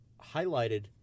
Highlighted